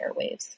airwaves